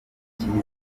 icyizere